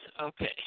Okay